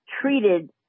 treated